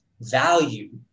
value